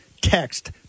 text